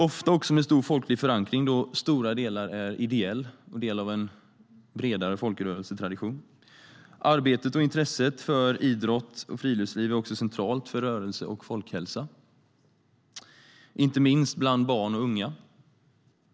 Det är ofta en stor folklig förankring, då stora delar är ideella och delar av en bredare folkrörelsetradition. Arbetet med och intresset för idrott och friluftsliv är också centralt för rörelse och folkhälsa, inte minst bland barn och unga.